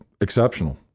exceptional